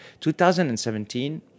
2017